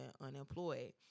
unemployed